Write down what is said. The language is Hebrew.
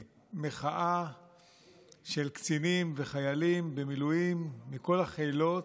מחאה של קצינים וחיילים במילואים מכל החילות,